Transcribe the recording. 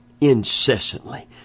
incessantly